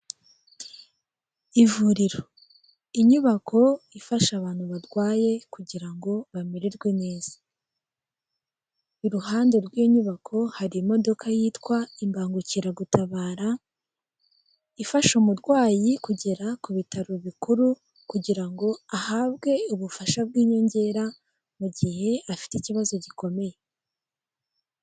Ivuriro, inyubako ifasha abantu badwaye kugira ngo bamererwe neza, iruhande rw'iyo nyubako hari imodoka yitwa imbangukiragutabara, ifasha umurwayi kugera ku bitaro bikuru kugira ngo ahabwe ubufasha bw'inyongera mu gihe afite ikibazo gikomeye.